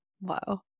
wow